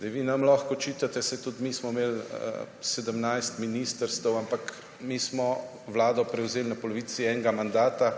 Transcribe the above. Vi nam lahko očitate, saj tudi mi smo imeli 17 ministrstev, ampak mi smo vlado prevzeli na polovici enega mandata,